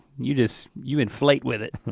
you just, you inflate with it.